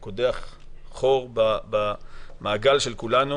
כי הוא קודח חור במעגל של כולנו.